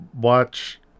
watch